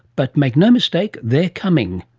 but make no mistake, they're coming,